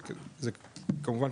זה כמובן,